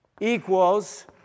equals